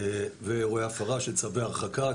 אירועי הפרה של צווי הרחקה,